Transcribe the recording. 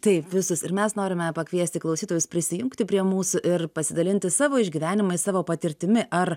taip visus ir mes norime pakviesti klausytojus prisijungti prie mūsų ir pasidalinti savo išgyvenimais savo patirtimi ar